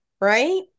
Right